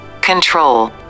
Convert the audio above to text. control